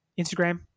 Instagram